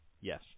Yes